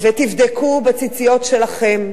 ותבדקו בציציות שלכם,